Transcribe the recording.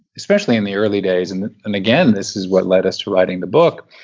especially in the early days, and and again, this is what led us to writing the book,